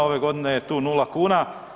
Ove godine je tu 0 kuna.